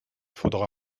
faudra